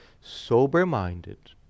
sober-minded